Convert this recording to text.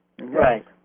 Right